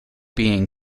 being